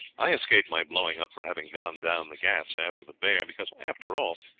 i escaped my blowing up for having gone down the ghauts after the bear, because, after all,